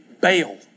bail